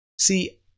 See